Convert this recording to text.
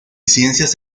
ciencias